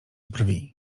brwi